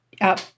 up